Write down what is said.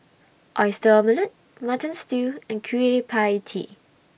Oyster Omelette Mutton Stew and Kueh PIE Tee